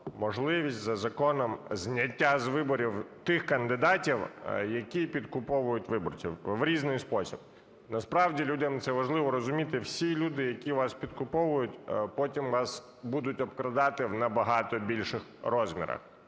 можливість за законом зняття з виборів тих кандидатів, які підкуповують виборців в різний спосіб. Насправді, людям це важливо розуміти: всі люди, які вас підкуповують, потім вас будуть обкрадати в набагато більших розмірах.